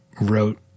wrote